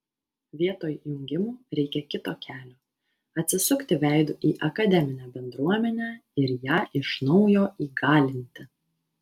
vietoj jungimų reikia kito kelio atsisukti veidu į akademinę bendruomenę ir ją iš naujo įgalinti